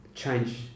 change